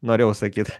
norėjau sakyt